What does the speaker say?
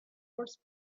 horse